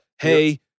Hey